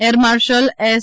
air marshal S